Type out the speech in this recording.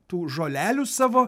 tų žolelių savo